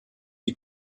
die